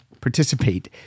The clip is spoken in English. participate